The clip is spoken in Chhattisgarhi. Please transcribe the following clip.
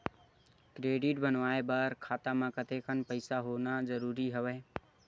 क्रेडिट बनवाय बर खाता म कतेकन पईसा होना जरूरी हवय?